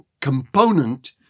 component